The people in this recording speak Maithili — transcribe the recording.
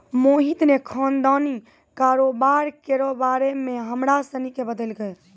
मोहित ने खानदानी कारोबार केरो बारे मे हमरा सनी के बतैलकै